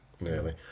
nearly